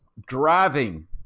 driving